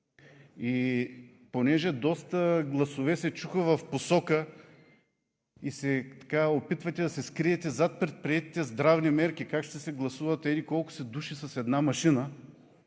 като доста гласове се чуха в посока… и се опитвате да се скриете зад предприетите здравни мерки – как ще гласуват еди колко си души с една машина,